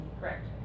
correct